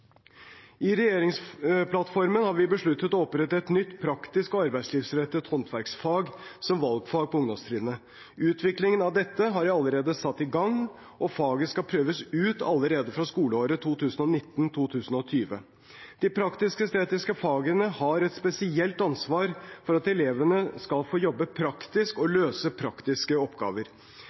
I regjeringsplattformen har vi besluttet å opprette et nytt praktisk og arbeidslivsrettet håndverksfag som valgfag på ungdomstrinnet. Utviklingen av dette har jeg allerede satt i gang, og faget skal prøves ut allerede fra skoleåret 2019/2020. De praktisk-estetiske fagene har et spesielt ansvar for at elevene skal få jobbe praktisk og løse praktiske oppgaver.